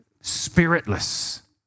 spiritless